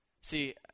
See